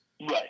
right